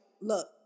look